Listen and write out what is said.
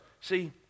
see